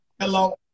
Hello